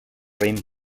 raïm